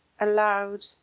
allowed